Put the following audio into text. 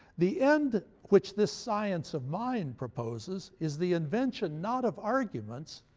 the end which this science of mine proposes is the invention, not of arguments,